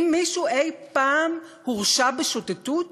האם מישהו אי-פעם הורשע בשוטטות?